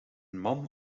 man